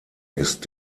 ist